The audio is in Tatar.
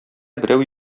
берәү